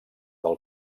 del